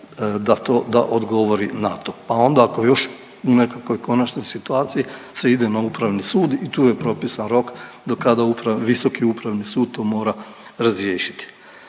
da odgovori na to, pa onda ako još u nekakvoj konačnoj situaciji se ide na upravni sud, i tu je propisan rok do kada Visoki upravni sud to mora razriješiti.